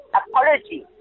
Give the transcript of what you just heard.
apology